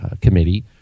committee